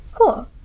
Cool